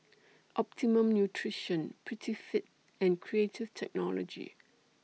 Optimum Nutrition Prettyfit and Creative Technology